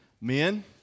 Men